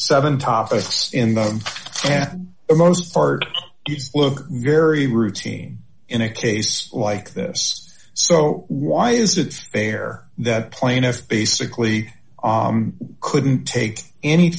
seven topics in the most part does look very routine in a case like this so why is it fair that plaintiff basically couldn't take any